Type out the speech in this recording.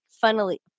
funnily